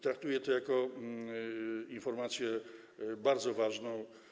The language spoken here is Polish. Traktuję to jako informację bardzo ważną.